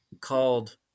called